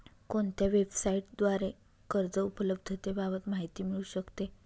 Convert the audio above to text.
कोणत्या वेबसाईटद्वारे कर्ज उपलब्धतेबाबत माहिती मिळू शकते?